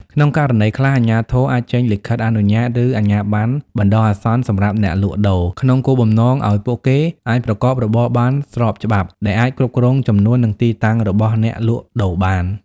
ក្នុងករណីខ្លះ អាជ្ញាធរអាចចេញលិខិតអនុញ្ញាត ឬអាជ្ញាប័ណ្ណបណ្តោះអាសន្នសម្រាប់អ្នកលក់ដូរ ក្នុងគោលបំណងឱ្យពួកគេអាចប្រកបរបរបានស្របច្បាប់ ដែលអាចគ្រប់គ្រងចំនួន និងទីតាំងរបស់អ្នកលក់ដូរបាន ។